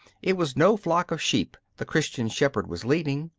it was no flock of sheep the christian shepherd was leading,